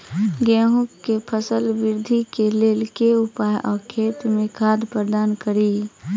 गेंहूँ केँ फसल वृद्धि केँ लेल केँ उपाय आ खेत मे खाद प्रदान कड़ी?